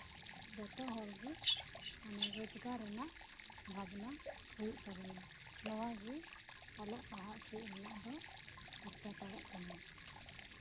ᱡᱚᱛᱚ ᱦᱚᱲᱜᱮ ᱨᱳᱡᱜᱟᱨ ᱨᱮᱱᱟᱜ ᱵᱷᱟᱵᱽᱱᱟ ᱦᱩᱭᱩᱜ ᱛᱟᱵᱳᱱᱟ ᱱᱚᱣᱟ ᱜᱮ ᱚᱞᱚᱜ ᱯᱟᱲᱦᱟᱜ ᱪᱮᱫ ᱨᱮᱱᱟᱜ ᱫᱚ ᱮᱸᱴᱠᱮᱴᱚᱲᱮᱜ ᱠᱟᱱᱟ